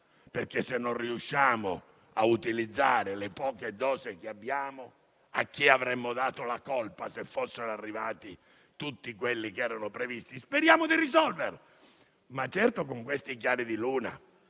che non riusciamo a utilizzare le poche dosi che abbiamo, a chi avremmo dato la colpa se fossero arrivati tutti quelli che erano previsti? Speriamo di risolvere, ma certo, con questi chiari di luna,